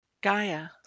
Gaia